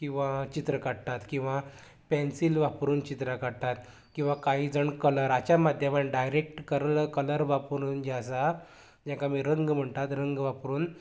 किंवां चित्र काडटात किंवां पेन्सिल वापरून चित्र काडटात किंवां कांय जाण कलरांच्या माध्यमांतल्यान डायरेक्ट कलर वापरून जे आसा जेका आमी रंग म्हणटात रंग वापरून